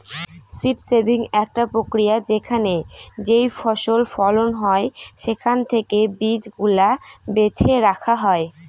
seed saving একটা প্রক্রিয়া যেখানে যেইফসল ফলন হয় সেখান থেকে বীজ গুলা বেছে রাখা হয়